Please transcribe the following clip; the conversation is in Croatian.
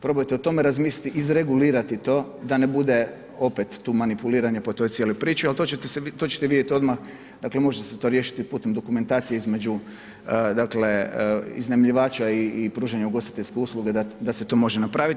Probajte o tome razmisliti iz regulirati to, da ne bude opet tu manipuliranja, po toj cijeloj prići, ali to ćete vidjeti odmah, dakle, može se to riješiti putem dokumentacije između iznajmljivača i pružanje ugostiteljske usluge, da se to može napraviti.